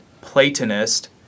Platonist